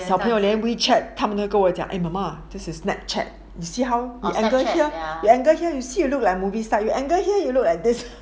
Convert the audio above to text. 小朋友连 Wechat 他们都跟我讲 eh mama this is net chat you see how you enter here you enter here you see you look like movie star the angle here you look at this